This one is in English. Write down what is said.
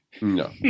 No